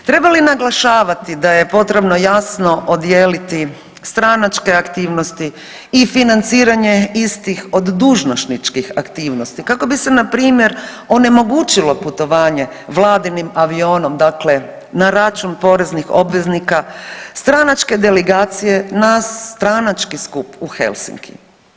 Treba li naglašavati da je potrebno jasno odijeliti stranačke aktivnosti i financiranje istih od dužnosničkih aktivnosti kako bi se npr. onemogućilo putovanje vladinim avionom na račun poreznih obveznika, stranačke delegacije na stranački skup u Helsinki.